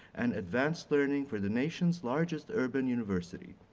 and advanced learning for the nation's largest urban university.